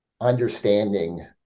understanding